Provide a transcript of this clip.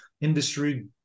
industry